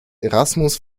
erasmus